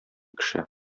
кеше